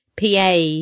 PA